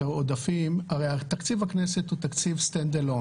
הרי תקציב הכנסת הוא תקציב stand alone.